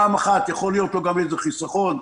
ראשית יכול להיות לו איזה חיסכון,